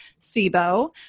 SIBO